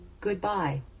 Goodbye